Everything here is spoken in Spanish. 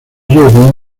vino